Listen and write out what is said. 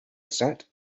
set